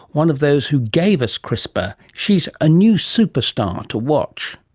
one of those who gave us crispr. she is a new superstar to watch.